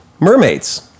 mermaids